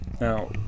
Now